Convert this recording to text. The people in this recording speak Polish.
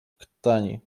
krtani